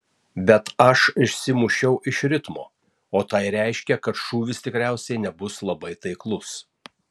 bet aš išsimušiau iš ritmo o tai reiškia kad šūvis tikriausiai nebus labai taiklus